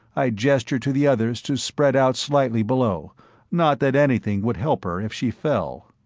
i gestured to the others to spread out slightly below not that anything would help her if she fell.